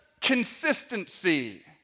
consistency